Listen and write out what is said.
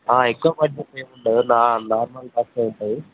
ఆ ఎక్కువ ఖర్చు ఏమి ఉండదు నా నార్మల్ ఖర్చే అవుతుంది